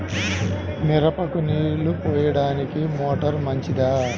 మిరపకు నీళ్ళు పోయడానికి మోటారు మంచిదా?